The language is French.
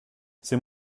c’est